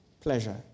pleasure